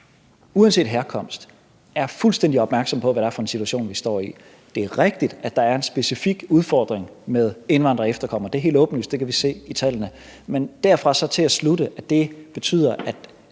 uanset herkomst er fuldstændig opmærksomme på, hvad det er for en situation, vi står i. Det er rigtigt, at der er en specifik udfordring med indvandrere og efterkommere. Det er helt åbenlyst. Det kan vi se i tallene, men derfra og så til at slutte, at det betyder, at